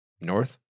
north